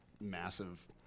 massive